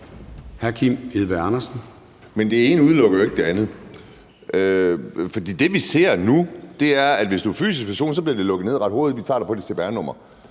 Men det ene udelukker jo ikke det andet. For det, vi ser nu, er, at hvis du er en fysisk person, bliver det lukket ned ret hurtigt, og så bliver du taget på dit cpr-nummer.